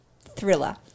thriller